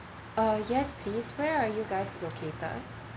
uh yes please where are you guys located